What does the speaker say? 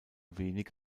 wenig